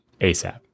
ASAP